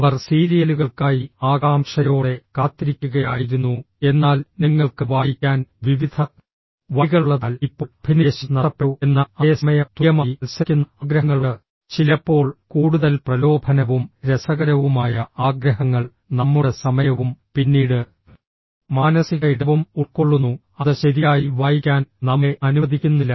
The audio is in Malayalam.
അവർ സീരിയലുകൾക്കായി ആകാംക്ഷയോടെ കാത്തിരിക്കുകയായിരുന്നു എന്നാൽ നിങ്ങൾക്ക് വായിക്കാൻ വിവിധ വഴികളുള്ളതിനാൽ ഇപ്പോൾ അഭിനിവേശം നഷ്ടപ്പെട്ടു എന്നാൽ അതേ സമയം തുല്യമായി മത്സരിക്കുന്ന ആഗ്രഹങ്ങളുണ്ട് ചിലപ്പോൾ കൂടുതൽ പ്രലോഭനവും രസകരവുമായ ആഗ്രഹങ്ങൾ നമ്മുടെ സമയവും പിന്നീട് മാനസിക ഇടവും ഉൾക്കൊള്ളുന്നു അത് ശരിയായി വായിക്കാൻ നമ്മെ അനുവദിക്കുന്നില്ല